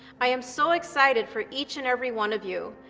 i am so excited for each and every one of you.